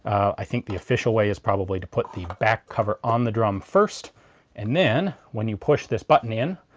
i think the official way is probably to put the back cover on the drum first and then, when you push this button in,